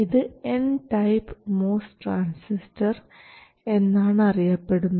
ഇത് n type MOS transistor എന്നാണ് അറിയപ്പെടുന്നത്